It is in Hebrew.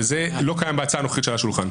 וזה לא קיים בהצעה הנוכחית שעל השולחן.